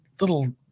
little